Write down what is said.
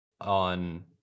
on